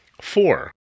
Four